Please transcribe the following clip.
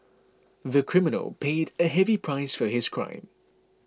the criminal paid a heavy price for his crime